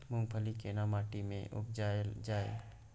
मूंगफली केना माटी में उपजायल जाय?